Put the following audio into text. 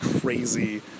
crazy